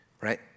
Right